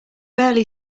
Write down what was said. barely